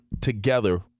together